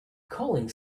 calling